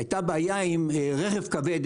הייתה בעיה עם רכב כבד,